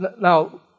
Now